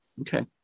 Okay